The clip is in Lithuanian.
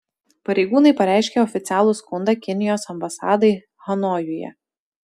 pareigūnai pareiškė oficialų skundą kinijos ambasadai hanojuje